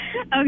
Okay